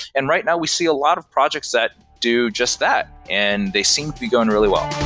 and right now we see a lot of projects that do just that and they seem to be going really well